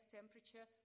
temperature